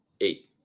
eight